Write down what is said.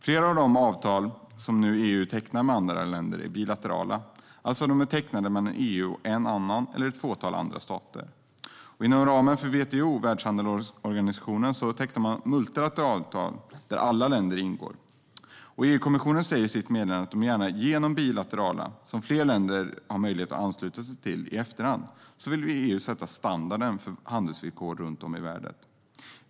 Flera av de avtal som EU nu tecknar med andra länder är bilaterala. Det betyder att de är tecknade mellan EU och en annan eller ett fåtal andra stater. Inom ramen för världshandelsorganisationen WTO tecknar man multilaterala avtal där alla länder ingår. EU-kommissionen säger i sitt meddelande att det är genom bilaterala avtal, som fler länder har möjlighet att ansluta sig till i efterhand, som EU vill sätta standarden för handelsvillkor runt om i världen.